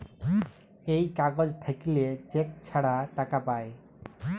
এই কাগজ থাকল্যে চেক ছাড়া টাকা পায়